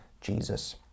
Jesus